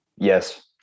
yes